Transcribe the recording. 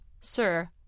Sir